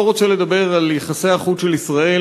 לא רוצה לדבר על יחסי החוץ של ישראל,